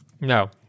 No